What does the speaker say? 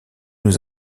nous